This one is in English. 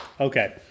Okay